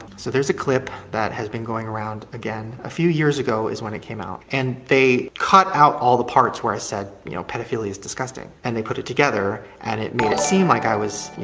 so there's a clip that has been going around, again, a few years ago is when it came out and they cut out all the parts where i said, you know, p-dophilia is disgusting and they put it together and it made it seem like i was, you